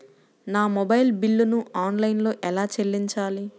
నా మొబైల్ బిల్లును ఆన్లైన్లో ఎలా చెల్లించాలి?